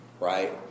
right